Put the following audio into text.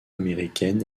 américaines